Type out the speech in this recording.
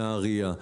נהריה,